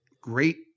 great